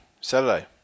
Saturday